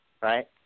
right